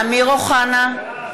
אוקיי.